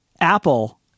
Apple